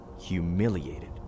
humiliated